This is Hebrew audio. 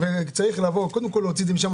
וצריך קודם כול להוציא את זה משם,